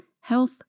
Health